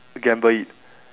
gamble it